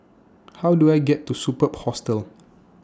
How Do I get to Superb Hostel